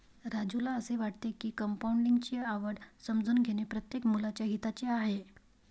राजूला असे वाटते की कंपाऊंडिंग ची आवड समजून घेणे प्रत्येक मुलाच्या हिताचे आहे